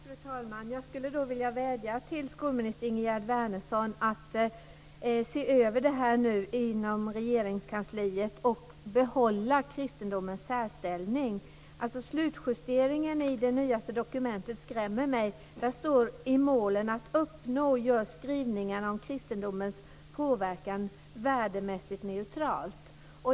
Fru talman! Jag skulle vilja vädja till skolminister Ingegerd Wärnersson om att se över det här i Regeringskansliet och behålla kristendomens särställning. Slutjusteringen i det nyaste dokumentet skrämmer mig. Det står där: I målen att uppnå görs skrivningarna om kristendomens påverkan värdemässigt neutralt.